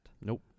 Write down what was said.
nope